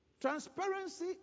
Transparency